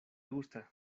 gusta